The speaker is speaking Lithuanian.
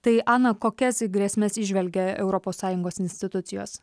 tai ana kokias grėsmes įžvelgia europos sąjungos institucijos